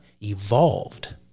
evolved